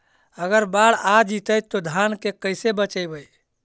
अगर बाढ़ आ जितै तो धान के कैसे बचइबै?